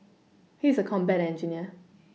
he is a combat engineer